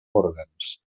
òrgans